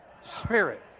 Spirit